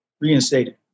reinstated